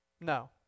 no